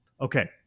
okay